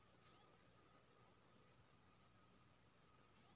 रुपिया हमर खाता में भेटतै कि हाँथ मे सीधे?